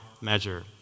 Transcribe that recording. measure